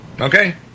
Okay